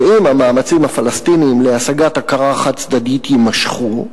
שאם המאמצים הפלסטיניים להשגת הכרה חד-צדדית יימשכו,